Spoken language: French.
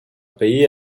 payé